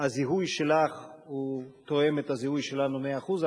הזיהוי שלך תואם את הזיהוי שלנו במאה אחוז.